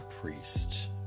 Priest